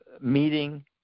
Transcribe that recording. meeting